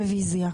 רביזיה.